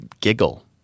giggle